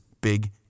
big